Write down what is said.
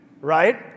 right